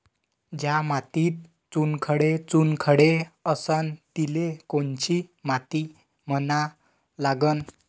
ज्या मातीत चुनखडे चुनखडे असन तिले कोनची माती म्हना लागन?